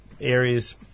areas